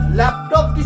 laptop